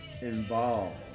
Involved